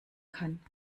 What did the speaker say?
kann